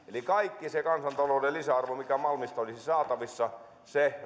kaikki se kansantalouden lisäarvo mikä malmista olisi saatavissa